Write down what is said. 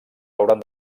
hauran